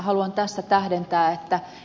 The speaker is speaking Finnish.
haluan tässä tähdentää että ed